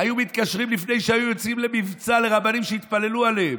שהיו מתקשרים לרבנים שיתפללו עליהם,